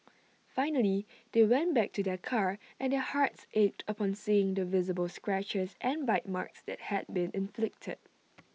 finally they went back to their car and their hearts ached upon seeing the visible scratches and bite marks that had been inflicted